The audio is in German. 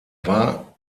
war